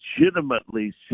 legitimately